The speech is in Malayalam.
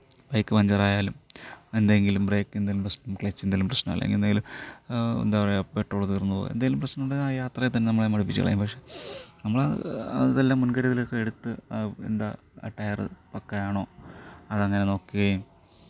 ബൈക്ക് പഞ്ചറായാലും എന്തെങ്കിലും ബ്രേക്ക് എന്തേലും പ്രശ്നം ക്ലെച്ചെന്തേലും പ്രശ്നം അല്ലെങ്കിൽ എന്തേലും എന്താ പറയാ പെട്രോൾ തീർന്നു പോവുക എന്തേലും പ്രശ്നങ്ങളുണ്ടെങ്കിൽ ആ യാത്ര തന്നെ നമ്മളെ മടിപ്പിച്ചു കളയും പക്ഷേ നമ്മൾ അതെല്ലാം മുൻകരുതലൊക്കെ എടുത്ത് എന്താ ടയർ പക്കയാണോ അതെങ്ങനെ നോക്കുകയും